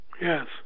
yes